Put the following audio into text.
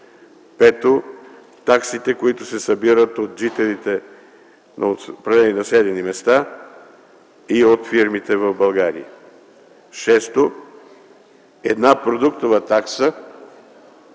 пето, таксите, които се събират от жителите на определени населени места и от фирмите в България; шесто, една продуктова такса,